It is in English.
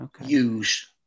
use